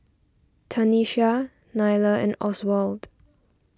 Tanisha Nylah and Oswald